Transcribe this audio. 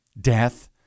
death